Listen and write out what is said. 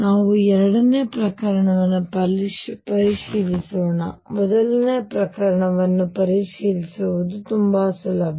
ನಾವು ಎರಡನೇ ಪ್ರಕರಣವನ್ನು ಪರಿಶೀಲಿಸೋಣ ಮೊದಲ ಪ್ರಕರಣವನ್ನು ಪರಿಶೀಲಿಸುವುದು ತುಂಬಾ ಸುಲಭ